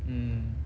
mm